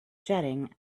jetting